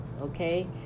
okay